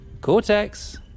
Cortex